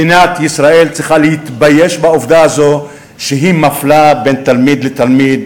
מדינת ישראל צריכה להתבייש בעובדה הזאת שהיא מפלה בין תלמיד לתלמיד,